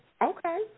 Okay